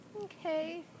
Okay